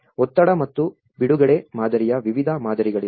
ಒತ್ತಡ ಮತ್ತು ಬಿಡುಗಡೆ ಮಾದರಿಯ ವಿವಿಧ ಮಾದರಿಗಳಿವೆ